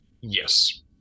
Yes